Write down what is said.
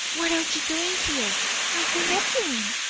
what are you doing here, and who let you in?